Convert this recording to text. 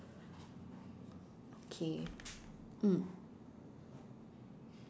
okay mm